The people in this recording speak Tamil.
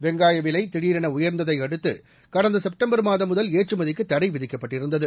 வெங்காய விலை திஉரென உயர்ந்ததை அடுத்து கடந்த செப்டம்பர் மாதம் முதல் ஏற்றுமதிக்கு தடை விதிக்கப்பட்டிருந்தது